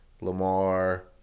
Lamar